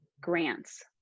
grants